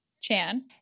Chan